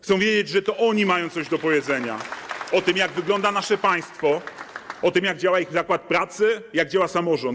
Chcą wiedzieć, że to oni mają coś do powiedzenia o tym, jak wygląda nasze państwo, o tym, jak działa ich zakład pracy, jak działa samorząd.